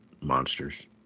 monsters